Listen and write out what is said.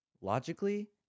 logically